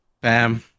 Bam